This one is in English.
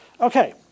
Okay